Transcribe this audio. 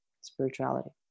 spirituality